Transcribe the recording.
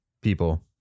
people